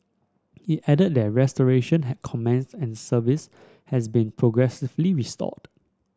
it added that restoration had commenced and service has been progressively restored